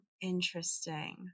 Interesting